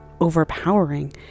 overpowering